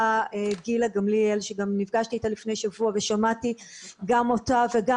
גילה גמליאל שגם נפגשתי אתה לפני שבוע ושמעתי גם אותה וגם